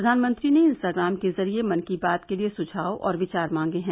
प्रधानमंत्री ने इंस्टाग्राम के जरिये मन की बात के लिए सुझाव और विचार मांगे हैं